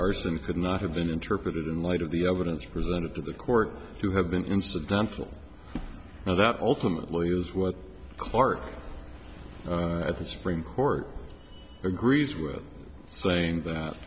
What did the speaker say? arson could not have been interpreted in light of the evidence presented to the court to have been incidental and that ultimately is what clark at the supreme court agrees with saying that